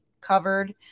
covered